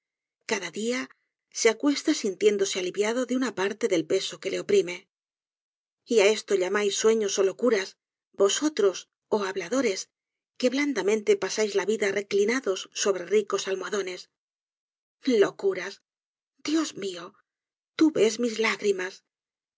cada dia se acuesta sintiéndose aliviado de una parte del peso que le oprime yáesto llamáis sueños ó locuras vosotros ohhabladores que blandamente pasáis la vida reclinados sobre ricos almohadones locuras dios mió tú ves mis lágrimas